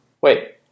Wait